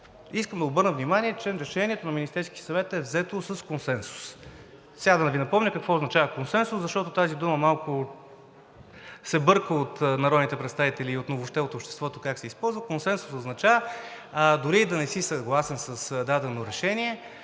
Искам да обърна внимание, че решението на Министерския съвет е взето с консенсус. Сега да Ви напомня какво означава „консенсус“, защото тази дума малко се бърка от народните представители и въобще от обществото – как се използва. Консенсус означава, дори и да не си съгласен с дадено решение,